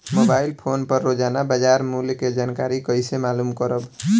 Mobile phone पर रोजाना बाजार मूल्य के जानकारी कइसे मालूम करब?